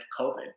COVID